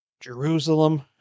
Jerusalem